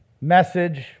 message